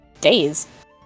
Days